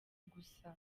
gusa